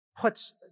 puts